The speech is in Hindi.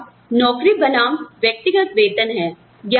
हमारे पास नौकरी बनाम व्यक्तिगत वेतन है